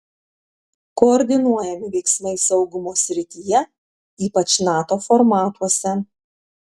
koordinuojami veiksmai saugumo srityje ypač nato formatuose